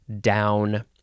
down